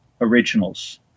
originals